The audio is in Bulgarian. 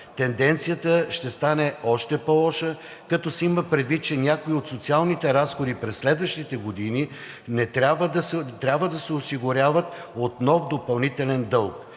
Тенденцията ще стане още по-лоша, като се има предвид, че някои от социалните разходи през следващите години трябва да се осигуряват от нов допълнителен дълг.